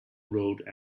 road